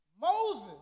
Moses